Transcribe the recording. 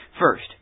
first